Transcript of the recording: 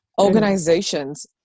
organizations